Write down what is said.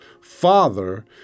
Father